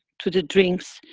to the drinks.